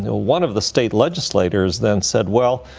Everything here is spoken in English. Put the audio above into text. you know one of the state legislators then said, well,